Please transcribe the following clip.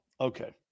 Okay